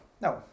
No